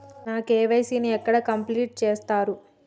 నా కే.వై.సీ ని ఎక్కడ కంప్లీట్ చేస్తరు?